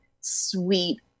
sweet